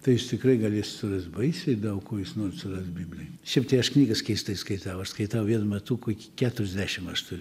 tai jūs tikrai galėsit surast baisiai daug ko jūs norit surast biblioj šiaip tai aš knygas keistai skaitau aš skaitau vien matuko iki keturiasdešim aš turiu